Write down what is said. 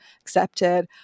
accepted